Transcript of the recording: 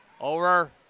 Over